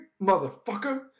motherfucker